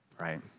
right